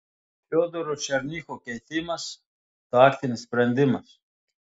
fiodoro černycho keitimas taktinis sprendimas